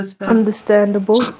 understandable